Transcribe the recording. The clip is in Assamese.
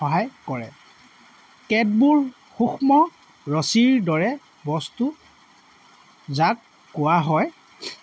সহায় কৰে কেতবোৰ সূক্ষ্ম ৰচীৰ দৰে বস্তু যাক কোৱা হয়